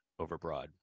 overbroad